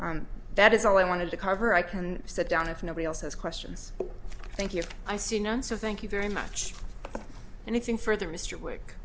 s that is all i wanted to cover i can sit down if nobody else has questions thank you i see none so thank you very much anything further mr wick